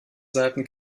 seiten